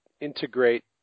integrate